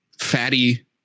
fatty